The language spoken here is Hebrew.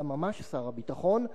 אלא ממש שר הביטחון,